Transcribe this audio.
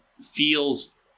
feels